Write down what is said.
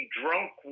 drunk